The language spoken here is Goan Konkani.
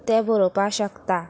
तें बरोवपा शकता